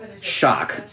shock